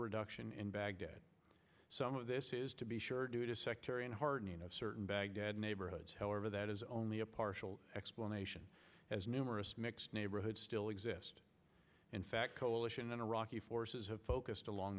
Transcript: reduction in baghdad some of this is to be sure due to sectarian hardening of certain baghdad neighborhoods however that is only a partial explanation as numerous mixed neighborhoods still exist in fact coalition and iraqi forces have focused along